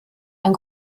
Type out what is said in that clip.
ein